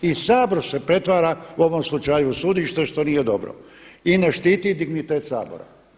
I Sabor se pretvara u ovom slučaju u sudište što nije dobro i ne štiti dignitet Sabora.